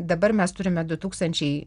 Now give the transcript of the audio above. dabar mes turime du tūkstančiai